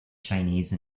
chinese